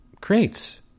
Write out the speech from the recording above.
creates